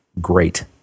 great